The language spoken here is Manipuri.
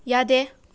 ꯌꯥꯗꯦ